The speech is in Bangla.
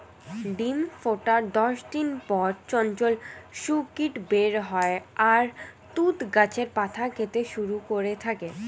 ডিম ফোটার দশ দিন পর চঞ্চল শূককীট বের হয় আর তুঁত গাছের পাতা খেতে শুরু করে থাকে